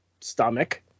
stomach